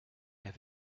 have